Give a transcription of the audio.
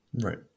Right